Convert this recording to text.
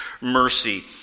mercy